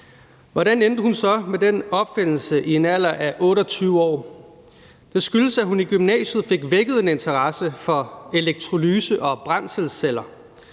Hvordan endte hun så med den opfindelse i en alder af 28 år? Det skyldes, at hun i gymnasiet fik vækket en interesse for elektrolyse og brændselsceller.